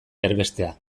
erbestea